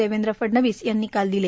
देवेंद्र फडणवीस यांनी काल दिले